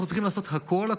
אנחנו צריכים לעשות הכול,